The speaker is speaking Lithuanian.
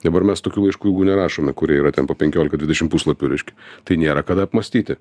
dabar mes tokių laiškų ilgų nerašome kurie yra ten po penkiolika dvidešim puslapių reiškia tai nėra kada apmąstyti